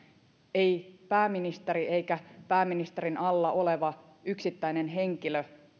ei pääministeri eikä pääministerin alla oleva yksittäinen henkilö